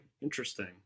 interesting